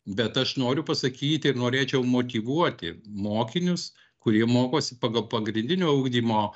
bet aš noriu pasakyti ir norėčiau motyvuoti mokinius kurie mokosi pagal pagrindinio ugdymo